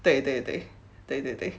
对对对对对对